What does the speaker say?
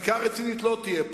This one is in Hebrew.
חקיקה רצינית לא תהיה פה.